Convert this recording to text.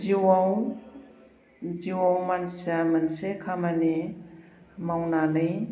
जिउआव जिउआव मानसिया मोनसे खामानि मावनानै